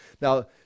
now